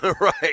Right